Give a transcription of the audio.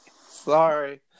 Sorry